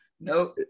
No